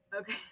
Okay